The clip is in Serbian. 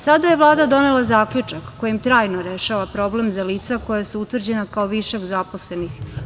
Sada je Vlada donela zaključak kojim trajno rešava problem za lica koja su utvrđena kao višak zaposlenih.